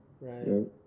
right